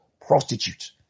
prostitute